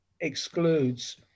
excludes